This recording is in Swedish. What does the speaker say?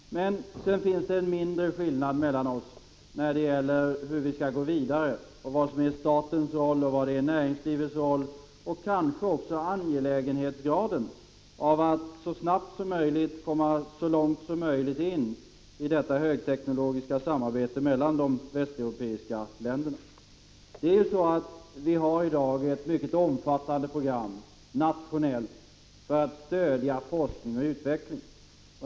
Men sedan finns det en mindre skillnad mellan oss när det gäller hur vi skall gå vidare — vad som är statens roll och vad som är näringslivets roll och kanske också angelägenhetsgraden av att så snabbt som möjligt komma så långt som möjligt in i detta högteknologiska samarbete mellan de västeuropeiska länderna. Vi har i dag ett mycket omfattande nationellt program för att stödja forskning och utveckling.